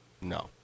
No